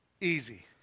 easy